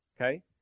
Okay